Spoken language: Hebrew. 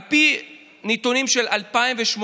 על פי הנתונים של 2018,